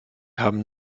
haben